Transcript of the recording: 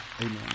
amen